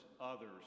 others